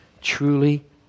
truly